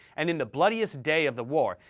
and in the bloodiest day of the war,